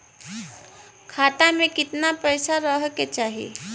खाता में कितना पैसा रहे के चाही?